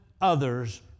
others